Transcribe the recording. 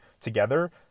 together